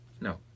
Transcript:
no